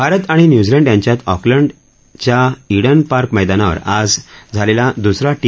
भारत आणि न्यूझीलंड यांच्यात ऑकलंडच्या इडन पार्क मैदानावर आज झालेला दुसरा टी